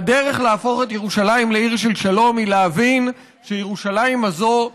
והדרך להפוך את ירושלים לעיר של שלום היא להבין שירושלים הזאת,